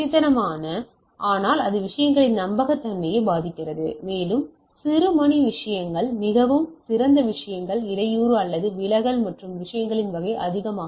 குறிப்பு நேரம் 2732 ஐப் பார்க்கவும் ஆனால் இது விஷயங்களின் நம்பகத்தன்மையை பாதிக்கிறது மேலும் சிறுமணி விஷயங்கள் மிகவும் சிறந்த விஷயங்கள் இடையூறு அல்லது விலகல் மற்றும் விஷயங்களின் வகை அதிகமாக இருக்கும்